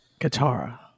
Katara